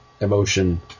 emotion